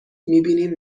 میبینیم